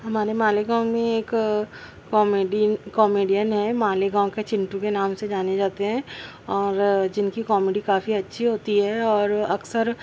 ہمارے مالیگاؤں میں ایک کامیڈین کامیڈین ہے مالیگاؤں کے چنٹو کے نام سے جانے جاتے ہیں اور جن کی کامیڈی کافی اچھی ہوتی ہے اور اکثر